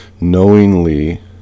knowingly